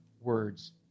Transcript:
Words